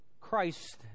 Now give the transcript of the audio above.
Christ